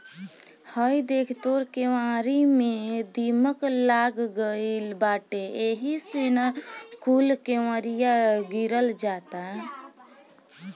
हइ देख तोर केवारी में दीमक लाग गइल बाटे एही से न कूल केवड़िया गिरल जाता